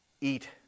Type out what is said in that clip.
eat